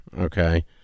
Okay